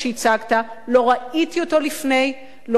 לא ראיתי אותו לפנֵי, לא הכנתי אותו.